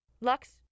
Lux